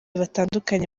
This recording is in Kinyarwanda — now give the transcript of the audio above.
batandukanye